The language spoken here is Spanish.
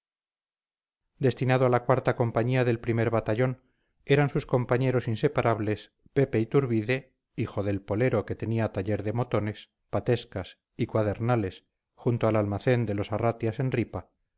destinado a la cuarta compañía del primer batallón eran sus compañeros inseparables pepe iturbide hijo del polero que tenía taller de motones patescas y cuadernales junto al almacén de los arratias en ripa